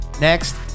Next